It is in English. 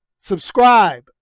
Subscribe